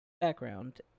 Background